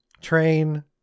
train